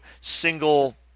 single